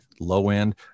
low-end